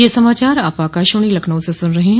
ब्रे क यह समाचार आप आकाशवाणी लखनऊ से सुन रहे हैं